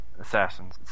assassins